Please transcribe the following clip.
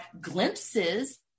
glimpses